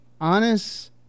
honest